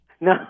No